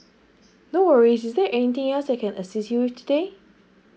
no worries is there anything else I can assist you with today